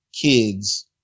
kids